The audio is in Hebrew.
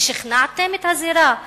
ששכנעתם את הזירה הבין-לאומית?